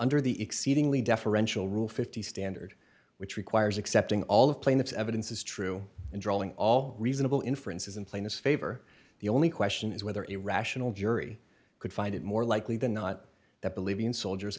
under the exceedingly deferential rule fifty standard which requires accepting all of plaintiff's evidence is true and drawing all reasonable inferences and plaintiff's favor the only question is whether irrational jury could find it more likely than not that believing soldiers